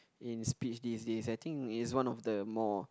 in speech these days I think it's one of the more